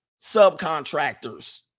subcontractors